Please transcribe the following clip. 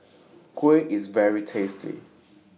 Kuih IS very tasty